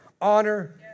Honor